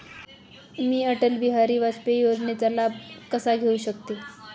मी अटल बिहारी वाजपेयी योजनेचा लाभ कसा घेऊ शकते?